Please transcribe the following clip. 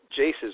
Jace's